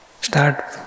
start